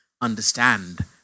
understand